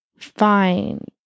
find